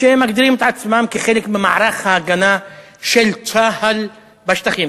שהם מגדירים את עצמם כחלק ממערך ההגנה של צה"ל בשטחים,